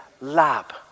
lab